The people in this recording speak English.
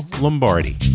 Lombardi